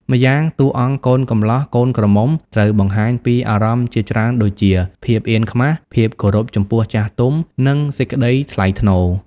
ម្យ៉ាង តួអង្គកូនកំលោះ កូនក្រមុំត្រូវបង្ហាញពីអារម្មណ៍ជាច្រើនដូចជា ភាពអៀនខ្មាស ភាពគោរពចំពោះចាស់ទុំ និង សេចក្តីថ្លៃថ្នូរ។